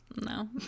no